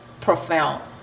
profound